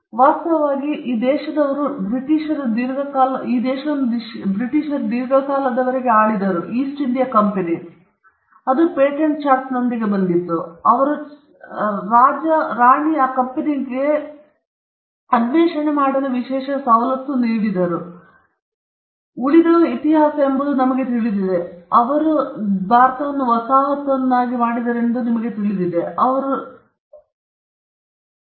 ವಾಸ್ತವವಾಗಿ ಈ ದೇಶವನ್ನು ಬ್ರಿಟಿಷರು ದೀರ್ಘಕಾಲದವರೆಗೆ ಆಳಿದರು ಏಕೆಂದರೆ ಈಸ್ಟ್ ಇಂಡಿಯಾ ಕಂಪೆನಿಯು ಪೇಟೆಂಟ್ ಚಾರ್ಟರ್ನೊಂದಿಗೆ ಬಂದಿತು ಅವರು ಚಾರ್ಟರ್ನೊಂದಿಗೆ ಬಂದರು ಮತ್ತು ರಾಣಿ ಆ ಕಂಪನಿಗೆ ಅನ್ವೇಷಿಸಲು ನೀಡಿದ ವಿಶೇಷ ಸವಲತ್ತು ಇಲ್ಲಿ ವ್ಯಾಪಾರ ಅವಕಾಶಗಳು ಮತ್ತು ಅವರು ಬಂದರು ಮತ್ತು ಉಳಿದವು ಇತಿಹಾಸ ಎಂಬುದು ನಮಗೆ ತಿಳಿದಿದೆ ಅವರು ವಸಾಹತುವನ್ನಾಗಿ ಮಾಡಿದ್ದಾರೆಂದು ನಿಮಗೆ ತಿಳಿದಿದೆ ಅವರು ಇಲ್ಲಿಗೆ ಬಂದು ಅವರ ವಸಾಹತು ಮಾಡಿದರು